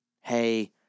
hey